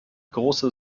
große